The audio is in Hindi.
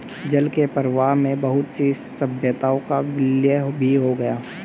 जल के प्रवाह में बहुत सी सभ्यताओं का विलय भी हो गया